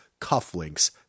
cufflinks